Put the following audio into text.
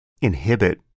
inhibit